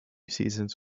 seasons